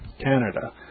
Canada